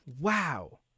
Wow